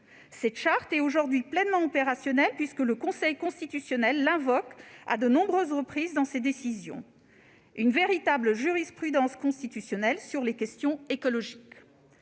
Cette charte est aujourd'hui pleinement opérationnelle, puisque le Conseil constitutionnel l'invoque à de nombreuses reprises pour bâtir une véritable jurisprudence constitutionnelle sur les questions écologiques.